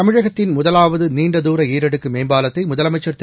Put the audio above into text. தமிழகத்தின் முதலாவது நீண்டதூர ஈரடுக்கு மேம்பாவத்தை முதலமைச்சர் திரு